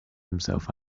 himself